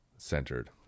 centered